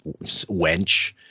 wench